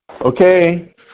Okay